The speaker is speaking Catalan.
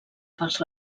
pels